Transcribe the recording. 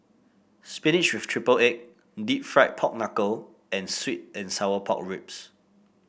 spinach with triple egg deep fried Pork Knuckle and sweet and Sour Pork Ribs